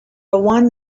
one